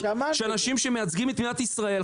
יש אנשים שמייצגים את מדינת ישראל.